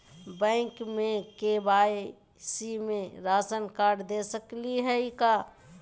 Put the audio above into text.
Bank में KYC में ration card दे सकली हई का?